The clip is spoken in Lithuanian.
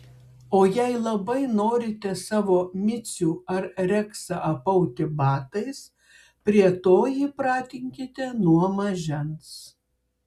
o jei labai norite savo micių ar reksą apauti batais prie to jį pratinkite nuo mažens